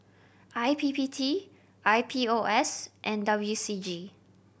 I P P T I P O S and W C G